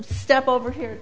step over here